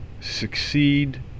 succeed